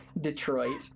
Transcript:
Detroit